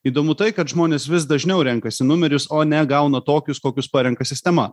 įdomu tai kad žmonės vis dažniau renkasi numerius o ne gauna tokius kokius parenka sistema